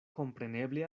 kompreneble